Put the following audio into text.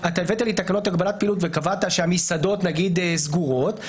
הבאת לי תקנות הגבלת פעילות וקבעת שהמסעדות נגיד סגורות,